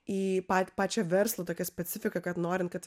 į pa pačią verslo tokią specifiką kad norint kad